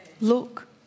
Look